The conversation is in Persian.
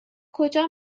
کجا